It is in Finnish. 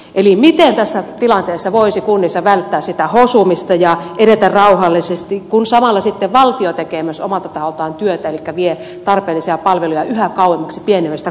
eli miten tässä tilanteessa voisi kunnissa välttää sitä hosumista ja edetä rauhallisesti kun samalla valtio tekee myös omalla tahollaan työtä elikkä vie tarpeellisia palveluja yhä kauemmaksi pienemmistä kunnista